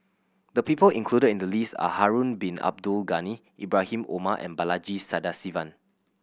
the people included in the list are Harun Bin Abdul Ghani Ibrahim Omar and Balaji Sadasivan